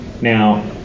Now